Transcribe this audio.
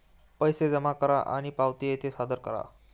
पैसे जमा करा आणि पावती येथे सादर करा